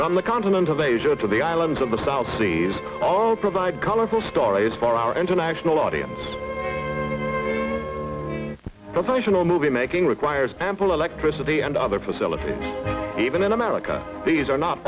from the continent of asia to the islands in the south seas all provide colorful stories for our international audience sometimes in a movie making requires ample electricity and other facilities even in america these are not